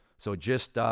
so just,